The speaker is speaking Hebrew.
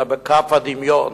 אלא בכ"ף הדמיון,